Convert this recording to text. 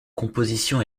composition